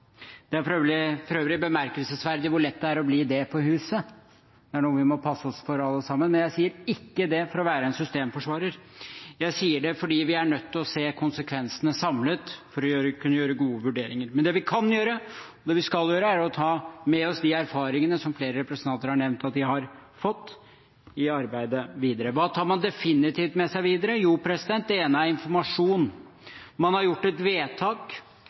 Det er for øvrig bemerkelsesverdig hvor lett det er å bli det på huset. Det er noe vi må passe oss for, alle sammen, men jeg sier ikke det for å være en systemforsvarer, jeg sier det fordi vi er nødt til å se konsekvensene samlet for å kunne gjøre gode vurderinger. Men det vi kan gjøre, og det vi skal gjøre, er å ta med oss de erfaringene som flere representanter har nevnt at vi har fått, i arbeidet videre. Hva tar man definitivt med seg videre? Jo, det ene er informasjon. Man har gjort et vedtak